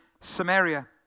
Samaria